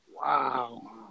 Wow